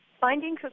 Finding